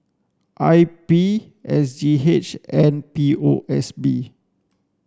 I P S G H and P O S B